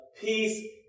peace